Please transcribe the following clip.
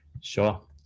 Sure